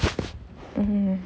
mm mm